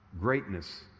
greatness